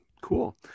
cool